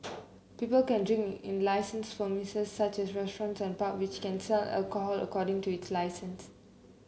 people can drink in in license premises such as restaurant and pub which can sell alcohol according to its licence